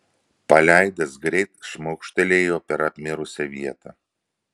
paleidęs greit šmaukštelėjo per apmirusią vietą